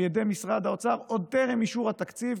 על ידי משרד האוצר עוד טרם אישור התקציב,